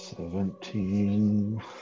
Seventeen